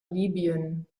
libyen